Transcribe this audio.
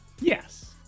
Yes